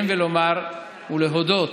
ולהודות